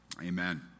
Amen